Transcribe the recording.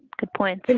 good point,